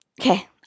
okay